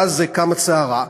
ואז קמה סערה,